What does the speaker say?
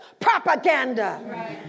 propaganda